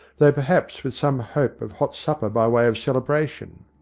though perhaps with some hope of hot supper by way of celebration.